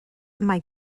mae